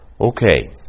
Okay